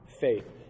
faith